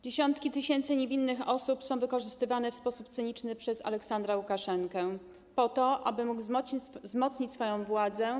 Dziesiątki tysięcy niewinnych osób są wykorzystywane w sposób cyniczny przez Aleksandra Łukaszenkę po to, aby mógł on wzmocnić swoją władzę.